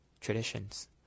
traditions